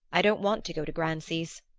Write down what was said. i don't want to go to grancy's,